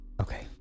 Okay